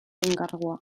enkargua